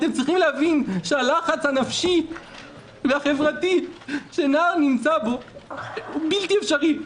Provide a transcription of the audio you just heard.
אתם צריכים להבין שהלחץ הנפשי והחברתי שנער נמצא בו הוא בלתי אפשרי.